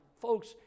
Folks